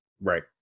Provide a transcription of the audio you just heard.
right